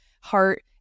heart